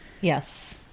Yes